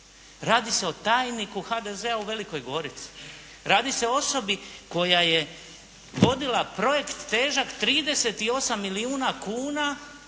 Radi se o tajniku HDZ-a u Velikoj Gorici, radi se o osobi vodila projekt težak 38 milijuna kuna,